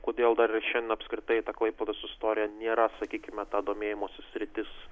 kodėl dar ir šiandien apskritai ta klaipėdos istorija nėra sakykime ta domėjimosi sritis